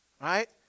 Right